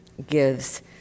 gives